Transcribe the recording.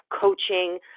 coaching